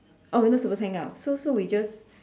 oh we're not suppose to hang up so so we just just